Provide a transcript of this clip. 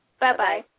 Bye-bye